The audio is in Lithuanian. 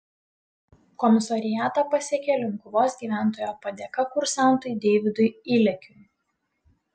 komisariatą pasiekė linkuvos gyventojo padėka kursantui deividui ilekiui